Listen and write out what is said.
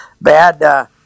bad